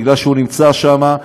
כי הוא נמצא שם.